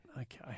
okay